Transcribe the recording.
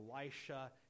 Elisha